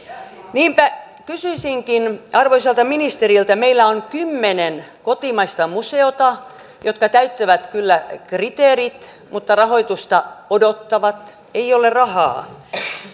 niinpä kysyisinkin arvoisalta ministeriltä meillä on kymmenen kotimaista museota jotka täyttävät kyllä kriteerit mutta rahoitusta odottavat kun ei ole rahaa